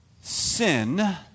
sin